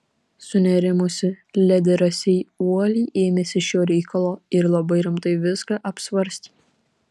sunerimusi ledi rasei uoliai ėmėsi šio reikalo ir labai rimtai viską apsvarstė